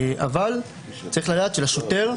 אבל צריך לדעת שלשוטר,